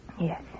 Yes